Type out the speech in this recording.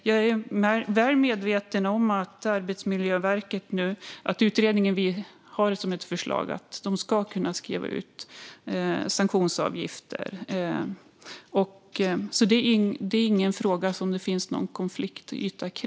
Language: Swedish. Jag är väl medveten om att utredningen har som ett förslag att Arbetsmiljöverket ska kunna skriva ut sanktionsavgifter. Det är inte en fråga som det finns någon konfliktyta om.